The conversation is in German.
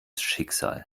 schicksal